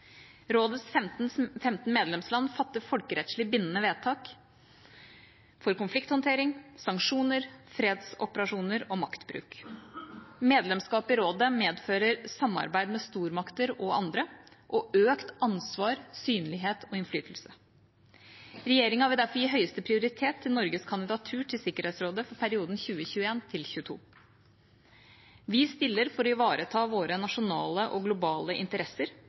Rådets 15 medlemsland fatter folkerettslig bindende vedtak for konflikthåndtering, sanksjoner, fredsoperasjoner og maktbruk. Medlemskap i Rådet medfører samarbeid med stormakter og andre, og økt ansvar, synlighet og innflytelse. Regjeringa vil derfor gi høyeste prioritet til Norges kandidatur til Sikkerhetsrådet for perioden 2021–2022. Vi stiller for å ivareta våre nasjonale og globale interesser,